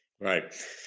Right